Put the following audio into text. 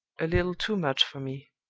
a little too much for me.